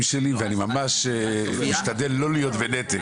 שלי ואני ממש משתדל לא להיות בנתק.